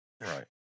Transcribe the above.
Right